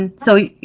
and so,